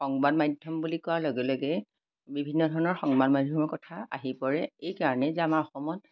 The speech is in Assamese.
সংবাদ মাধ্যম বুলি কোৱাৰ লগে লগে বিভিন্ন ধৰণৰ সংবাদ মাধ্যমৰ কথা আহি পৰে এইকাৰণেই যে আমাৰ অসমত